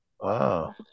Wow